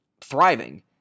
thriving